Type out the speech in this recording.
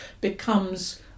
becomes